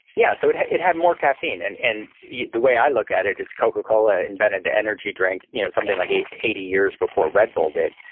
yeah, so it had it had more caffeine. and and yeah the way i look at it is coca-cola invented the energy drink you know something like eighty years before red bull did.